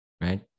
right